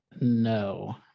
No